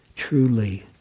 Truly